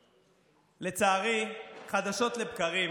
לצערי, חדשות לבקרים